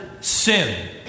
sin